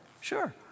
sure